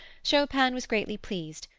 chopin was greatly pleased,